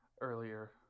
earlier